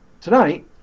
Tonight